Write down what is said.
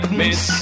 miss